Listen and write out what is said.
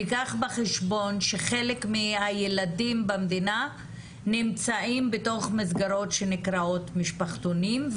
ייקח בחשבון שחלק מהילדים במדינה נמצאים בתוך מסגרות שנקראות משפחתונים,